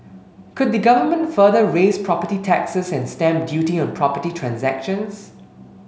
could the Government further raise property taxes and stamp duty on property transactions